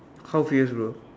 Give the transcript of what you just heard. how fierce bro